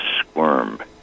squirm